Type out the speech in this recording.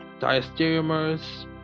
diastereomers